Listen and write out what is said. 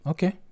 Okay